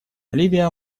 ливия